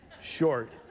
short